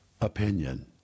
opinion